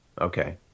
Okay